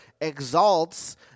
exalts